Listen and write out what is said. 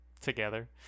together